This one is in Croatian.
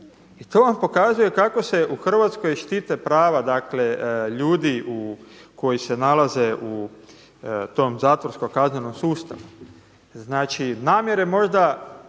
i to vam pokazuje kako se u Hrvatskoj štite prava ljudi koji se nalaze u tom zatvorsko-kaznenom sustavu. Znači namjere možda